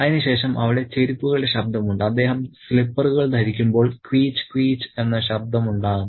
അതിനുശേഷം അവിടെ ചെരിപ്പുകളുടെ ശബ്ദമുണ്ട് അദ്ദേഹം സ്ലിപ്പറുകൾ ധരിക്കുമ്പോൾ ക്വീച്ച് ക്വീച്ച് എന്ന ശബ്ദം ഉണ്ടാകുന്നു